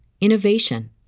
innovation